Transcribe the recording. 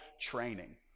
training